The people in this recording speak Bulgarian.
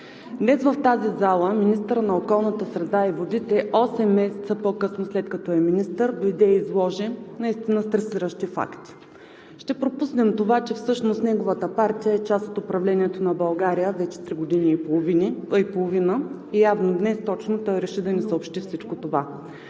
Днес в тази зала министърът на околната среда и водите осем месеца по-късно след като е министър дойде и изложи наистина стресиращи факти. Ще пропуснем това, че всъщност неговата партия е част от управлението на България вече три години и половина и явно точно днес той реши да ни съобщи всичко това.